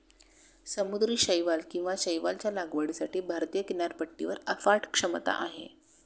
समुद्री शैवाल किंवा शैवालच्या लागवडीसाठी भारतीय किनारपट्टीवर अफाट क्षमता आहे